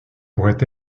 pourrait